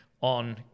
on